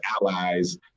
allies